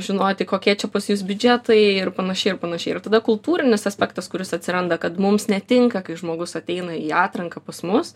žinoti kokie čia pas jus biudžetai ir panašiai ir panašiai ir tada kultūrinis aspektas kuris atsiranda kad mums netinka kai žmogus ateina į atranką pas mus